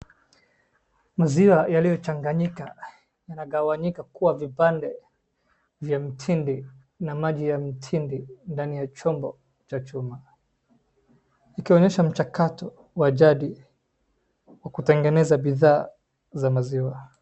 Maziwa yaliyochanganyika yanagawanyika kuwa vipande vya mtindi na maji ya mtindi ndani ya chombo cha chuma. Akionyesha mchakato wa jadi wa kutengeneza bidhaa za maziwa.